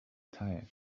tired